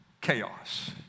chaos